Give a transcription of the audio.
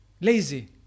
lazy